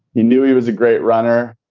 you knew he was a great runner,